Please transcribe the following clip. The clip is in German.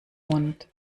mund